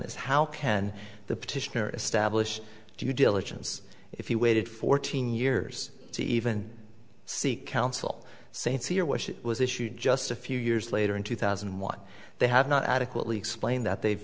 is how can the petitioner establish due diligence if he waited fourteen years to even seek counsel sincere wish it was issued just a few years later in two thousand and one they have not adequately explained that they've